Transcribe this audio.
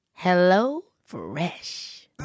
HelloFresh